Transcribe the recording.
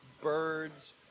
Birds